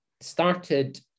started